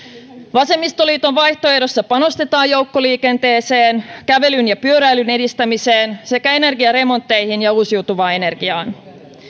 vasemmistoliiton vaihtoehdossa panostetaan joukkoliikenteeseen kävelyn ja pyöräilyn edistämiseen sekä energiaremontteihin ja uusiutuvaan energiaan